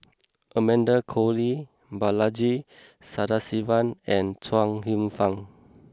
Amanda Koe Lee Balaji Sadasivan and Chuang Hsueh Fang